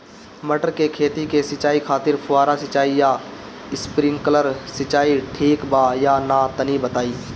मटर के खेती के सिचाई खातिर फुहारा सिंचाई या स्प्रिंकलर सिंचाई ठीक बा या ना तनि बताई?